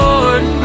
Lord